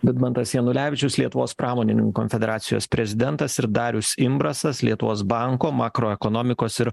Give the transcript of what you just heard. vidmantas janulevičius lietuvos pramonininkų konfederacijos prezidentas ir darius imbrasas lietuvos banko makroekonomikos ir